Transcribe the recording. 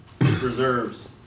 reserves